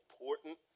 important